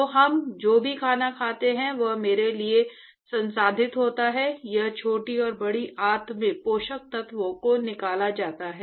तो हम जो भी खाना खाते हैं वह मेरे लिए संसाधित होता है यह छोटी और बड़ी आंत में पोषक तत्वों को निकाला जाता है